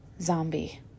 zombie